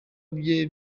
bye